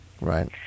Right